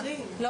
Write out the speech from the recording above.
היא